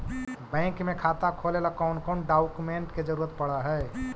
Bank में खाता खोले ल कौन कौन डाउकमेंट के जरूरत पड़ है?